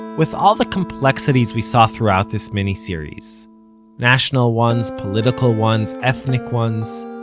with all the complexities we saw throughout this miniseries national ones, political ones, ethnic ones,